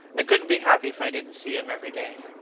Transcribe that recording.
i couldn't be happy if i didn't see him every day.